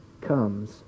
comes